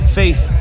faith